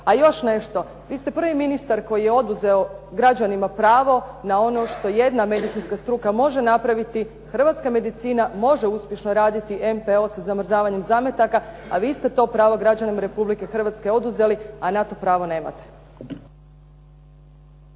A još nešto. Vi ste prvi ministar koji je oduzeo građanima pravo na ono što jedna medicinska struka može napraviti, hrvatska medicina može uspješno raditi MPO sa zamrzavanjem zametaka, a vi ste to pravo građanima Republike Hrvatske oduzeli, a na to pravo nemate.